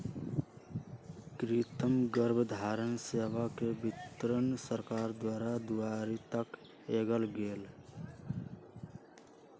कृतिम गर्भधारण सेवा के वितरण सरकार द्वारा दुआरी तक कएल गेल